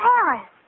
Paris